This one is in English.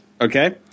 Okay